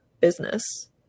business